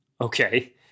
Okay